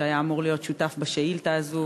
שהיה אמור להיות שותף בשאילתה הזו,